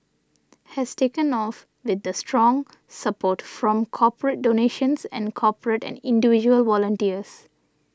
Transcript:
has taken off with the strong support from corporate donations and corporate and individual volunteers